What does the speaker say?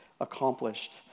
accomplished